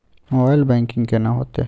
Mobile banking केना हेते?